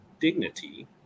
dignity